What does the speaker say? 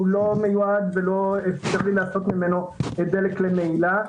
לא מיועד ולא אפשרי לעשות ממנו דלק למהילה.